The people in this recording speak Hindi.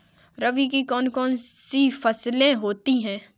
रबी की कौन कौन सी फसलें होती हैं?